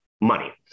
money